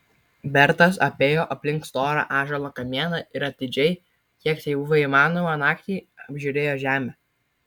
bertas apėjo aplink storą ąžuolo kamieną ir atidžiai kiek tai buvo įmanoma naktį apžiūrėjo žemę